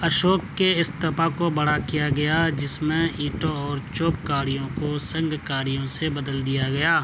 اشوک کے استوپا کو بڑا کیا گیا جس میں اینٹوں اور چوب کاریوں کو سنگ کاریوں سے بدل دیا گیا